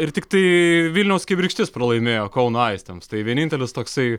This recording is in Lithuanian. ir tiktai vilniaus kibirkštis pralaimėjo kauno aistėms tai vienintelis toksai